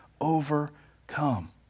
overcome